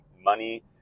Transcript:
money